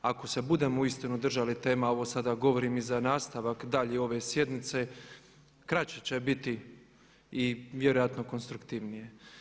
Ako se budemo uistinu držali tema ovo sada govorim i za nastavak dalje ove sjednice kraće će biti i vjerojatno konstruktivnije.